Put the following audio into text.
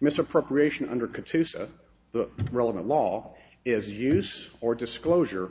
misappropriation undercut to say the relevant law is use or disclosure